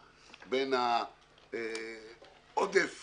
בין עודף